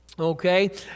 Okay